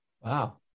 Wow